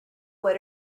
what